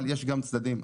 אבל יש גם צדדים חיוביים.